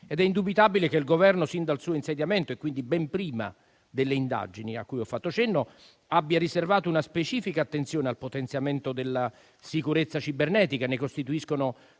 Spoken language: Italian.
È indubitabile che il Governo, sin dal suo insediamento e quindi ben prima delle indagini a cui ho fatto cenno, abbia riservato una specifica attenzione al potenziamento della sicurezza cibernetica. Ne costituiscono prova